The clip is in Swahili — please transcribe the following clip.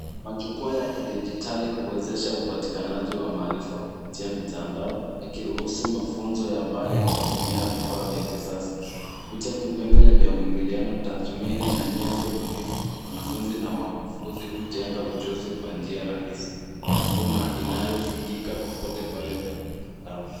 Majukwaa ya kidijitali huwezesha upatikanaji wa maarifa kupitia mitandao yakiruhusu mafunzo ya mbali kwa kutumia vifaa vya kisasa kupitia vipengele vya mwingiliano tathmini na nyenzo bunifu, wanafunzi na wakufunzi hujenga ujuzi kwa njia rahisi nafuu na inayofikika popote pale penye mtandao.